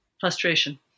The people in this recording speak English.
frustration